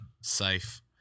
Safe